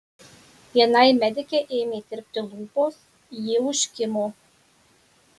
vienai medikei ėmė tirpti lūpos ji užkimo